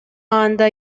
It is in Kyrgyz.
анда